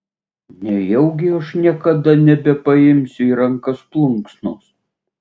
nejaugi aš niekada nebepaimsiu į rankas plunksnos